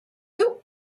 who